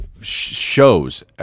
shows